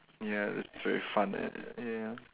ya that's very fun and ya